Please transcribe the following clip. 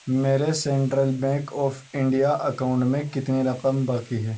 میرے Central Bank of India account میں کتنی رقم باقی ہے